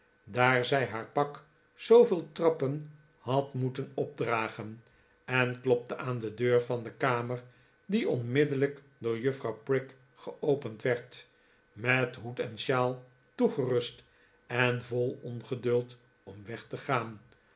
daar zij haar pak zooveel trappen had moeten opdragen en klopte aan de deur van de kamer die onmiddellijk door juffrouw prig geopend werd met hoed en shawl toegerust en vol ongeduld om weg te gaan